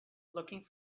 looking